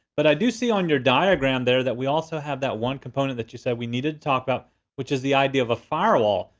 but i do see on your diagram there that we also have that one component that you said we needed to talk about which is the idea of a firewall.